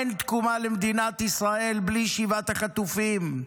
אין תקומה למדינת ישראל בלי שיבת החטופים.